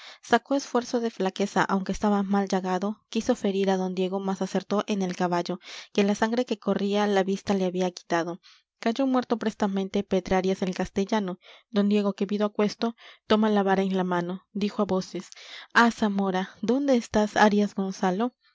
sacó esfuerzo de flaqueza aunque estaba mal llagado quiso ferir á don diego mas acertó en el caballo que la sangre que corría la vista le había quitado cayó muerto prestamente pedrarias el castellano don diego que vido aquesto toma la vara en la mano dijo á voces ah zamora dónde estás arias gonzalo